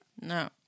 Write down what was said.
No